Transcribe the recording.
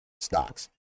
stocks